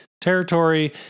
territory